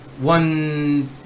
One